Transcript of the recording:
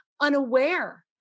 unaware